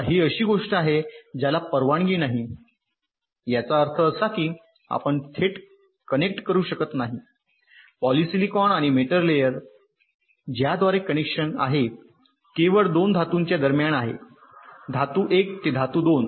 आता ही अशी गोष्ट आहे ज्याला परवानगी नाही याचा अर्थ असा की आपण थेट कनेक्ट करू शकत नाही पॉलिसिलिकॉन आणि मेटल लेयर ज्याद्वारे कनेक्शन आहे केवळ 2 धातूंच्या दरम्यान आहे धातू 1 ते धातू २